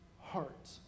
heart